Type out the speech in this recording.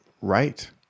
right